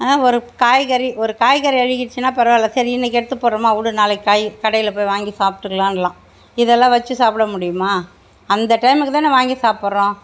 ஆ ஒரு காய்கறி ஒரு காய்கறி அழுகிருச்சுனா பரவாயில்ல சரி இன்னிக்கி எடுத்து போடுறம்மா விடு நாளைக்கு காய் கடையில் போய் வாங்கி சாப்புட்டுக்குலாங்கலாம் இதெல்லாம் வச்சு சாப்பிட முடியுமா அந்த டைமுக்கு தானே வாங்கி சாப்புடறோம்